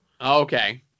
Okay